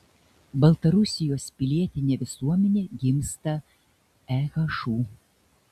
baltarusijos pilietinė visuomenė gimsta ehu